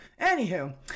Anywho